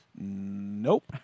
nope